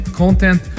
content